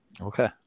okay